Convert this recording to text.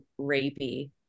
rapey